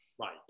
Right